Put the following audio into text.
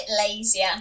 lazier